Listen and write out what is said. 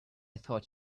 thought